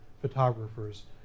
photographers